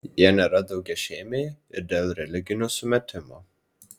jie nėra daugiašeimiai ir dėl religinių sumetimų